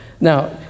Now